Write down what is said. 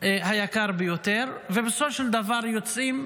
היקר ביותר, ובסופו של דבר יוצאים